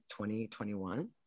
2021